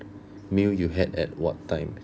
meal you had at what time